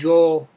Joel